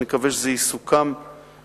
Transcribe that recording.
אני מקווה שזה יסוכם בקרוב,